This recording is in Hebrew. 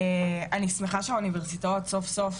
אני שמחה שהאוניברסיטאות סוף סוף